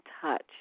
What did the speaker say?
touch